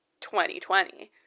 2020